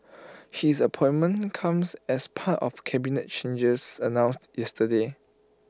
his appointment comes as part of cabinet changes announced yesterday